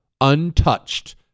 untouched